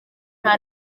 nta